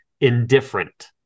indifferent